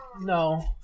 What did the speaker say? No